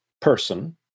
person